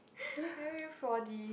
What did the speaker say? win four D